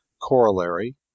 Corollary